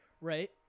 right